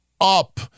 up